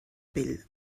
pell